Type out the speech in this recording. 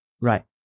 Right